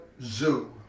zoo